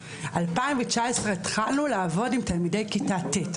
ב-2019 התחלנו לעבוד עם תלמידי כיתה ט'.